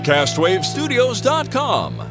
Castwavestudios.com